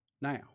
Now